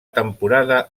temporada